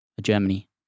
Germany